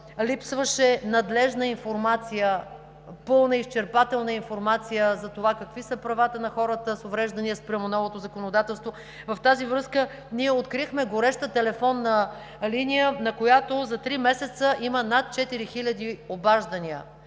Липсваше надлежна и изчерпателна информация какви са правата на хората с увреждания спрямо новото законодателство. В тази връзка ние открихме гореща телефонна линия, на която за три месеца има над четири хиляди обаждания.